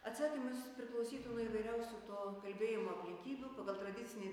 atsakymas priklausytų nuo įvairiausių to kalbėjimo aplinkybių pagal tradicinį